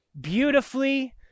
beautifully